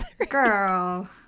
Girl